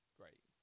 great